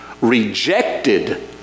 rejected